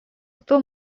кто